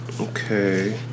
okay